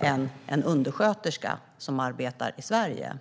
än en undersköterska, som arbetar i Sverige?